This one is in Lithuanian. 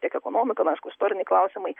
tiek ekonomika na aišku istoriniai klausimai